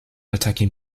attacking